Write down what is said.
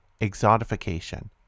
exotification